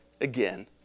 again